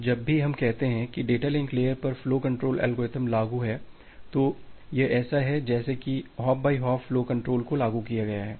अब जब भी हम कहते हैं कि डेटा लिंक लेयर पर फ्लो कंट्रोल एल्गोरिथ्म लागू है तो यह ऐसा है जैसे कि hop by hop flow control को लागू किया गया है